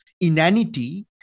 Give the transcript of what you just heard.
inanity